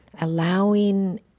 allowing